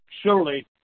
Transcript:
surely